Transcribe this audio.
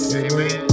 amen